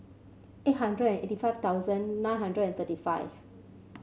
eight hundred eighty five thousand nine hundred thirty five